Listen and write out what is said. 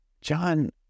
John